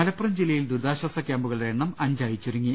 മലപ്പുറം ജില്ലയിൽ ദുരിതാശ്വാസ ക്യാമ്പുകളുടെ എണ്ണം അഞ്ചായി ചുരുങ്ങി